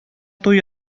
туй